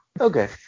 okay